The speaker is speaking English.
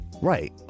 Right